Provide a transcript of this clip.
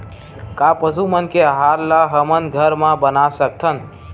का पशु मन के आहार ला हमन घर मा बना सकथन?